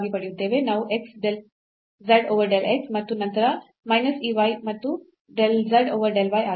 ಇದು x del z over del x ಮತ್ತು ನಂತರ ಮೈನಸ್ ಈ y ಮತ್ತು del z over del y ಆಗಿದೆ